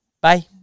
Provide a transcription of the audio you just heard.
Bye